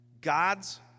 God's